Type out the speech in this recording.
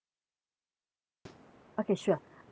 mm okay sure um